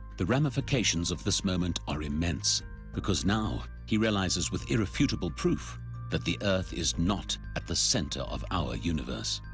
the ramifications of this moment are immense because now, he realizes with irrefutable proof that the earth is not at the center of our universe.